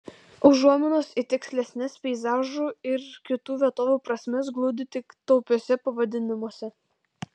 užuominos į tikslesnes peizažų ir kitų vietovių prasmes glūdi tik taupiuose pavadinimuose